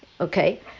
Okay